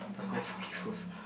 perfect for you also